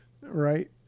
Right